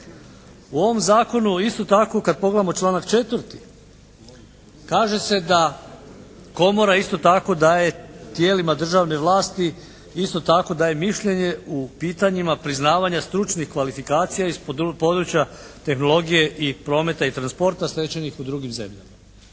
U ovom zakonu isto tako kad pogledamo članak 4. kaže se da komora isto tako daje tijelima državne vlasti isto tako daje mišljenje u pitanjima priznavanja stručnih kvalifikacija iz područja tehnologije i prometa i transporta stečenih u drugim zemljama.